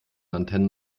antennen